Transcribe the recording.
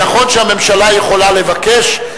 נכון שהממשלה יכולה לבקש,